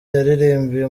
yaririmbiye